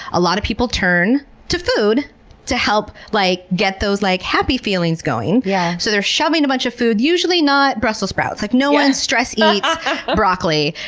a lot of people turn to food to help like get those like happy feelings going. yeah so, they're shoving a bunch of food, usually not brussels sprouts. like no one stress-eats ah broccoli.